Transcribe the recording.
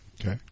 Okay